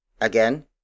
Again